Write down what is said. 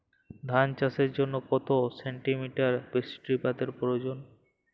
ধান চাষের জন্য কত সেন্টিমিটার বৃষ্টিপাতের প্রয়োজন?